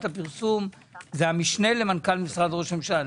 הפרסום זה המשנה למנכ"ל משרד ראש הממשלה.